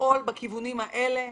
לפעול בכיוונים האלה.